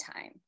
time